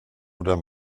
oder